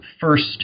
first